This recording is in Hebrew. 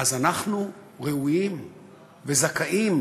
אז אנחנו ראויים וזכאים,